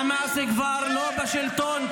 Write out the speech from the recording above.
חמאס כבר לא בשלטון.